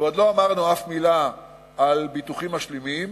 ועוד לא אמרנו אף מלה על ביטוחים משלימים,